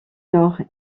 nord